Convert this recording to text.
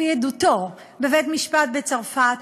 לפי עדותו בבית-משפט בצרפת,